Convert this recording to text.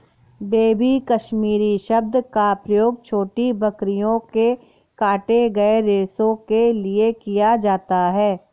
baby Kashmiri शब्द का प्रयोग छोटी बकरियों के काटे गए रेशो के लिए किया जाता है